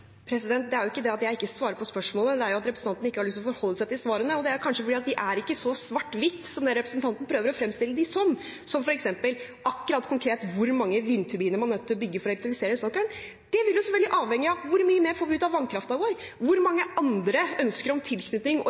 Det er ikke det at jeg ikke svarer på spørsmålet, det er at representanten ikke har lyst til å forholde seg til svarene, og det er kanskje fordi det er ikke så svart-hvitt som det representanten prøver å fremstille det som. Som f.eks. akkurat konkret hvor mange vindturbiner man er nødt til å bygge for å elektrifisere sokkelen: Det vil selvfølgelig avhenge av hvor mye mer vi får ut av vannkraften vår, hvor mange andre ønsker om tilknytning